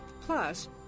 Plus